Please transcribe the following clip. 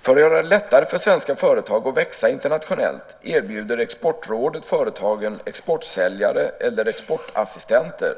För att göra det lättare för svenska företag att växa internationellt erbjuder Exportrådet företagen exportsäljare eller exportassistenter